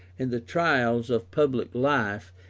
in the trials of public life,